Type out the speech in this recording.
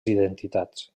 identitats